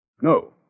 No